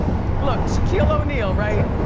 look, shaquille o'neal, right?